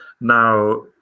now